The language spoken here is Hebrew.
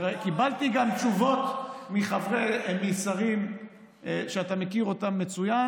קיבלתי גם תשובות משרים שאתה מכיר אותם מצוין